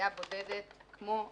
נסיעה בודדת כמו היום.